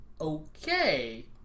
okay